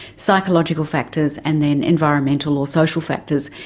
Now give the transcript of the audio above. psychological factors and then environmental or social factors.